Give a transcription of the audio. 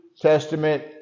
Testament